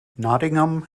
nottingham